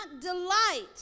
delight